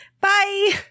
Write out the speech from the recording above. Bye